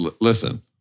Listen